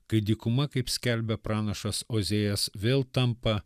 kai dykuma kaip skelbė pranašas ozėjas vėl tampa